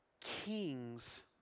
kings